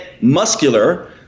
muscular